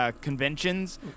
Conventions